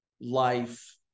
life